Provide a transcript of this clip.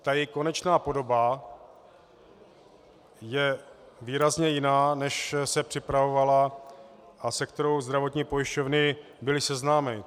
Její konečná podoba je výrazně jiná, než se připravovala a se kterou zdravotní pojišťovny byly seznámeny.